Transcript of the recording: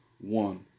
One